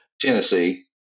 Tennessee